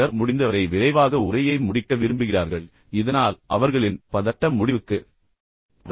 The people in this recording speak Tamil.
எனவே சிலர் முடிந்தவரை விரைவாக உரையை முடிக்க விரும்புகிறார்கள் இதனால் அவர்களின் பதட்டம் முடிவுக்கு வருகிறது